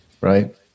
Right